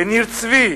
בניר-צבי,